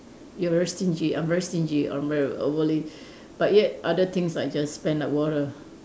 you are very stingy I'm very stingy I'm very overly but yet other things I just spend like water